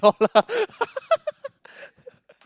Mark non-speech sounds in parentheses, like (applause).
dollar (laughs)